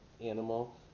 animal